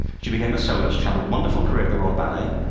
she became a soloist she had a wonderful career at the royal ballet.